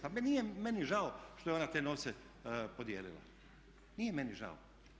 Pa nije meni žao što je ona te novce podijelila, nije meni žao.